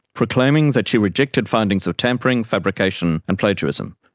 proclaiming that she rejected findings of tampering, fabrication and plagiarism.